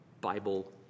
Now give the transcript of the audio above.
Bible